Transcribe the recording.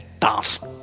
task